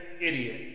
idiot